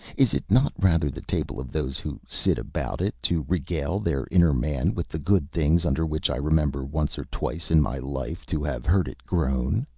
is it not rather the table of those who sit about it to regale their inner man with the good things under which i remember once or twice in my life to have heard it groan?